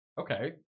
Okay